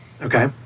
Okay